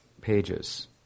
pages